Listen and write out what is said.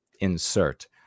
insert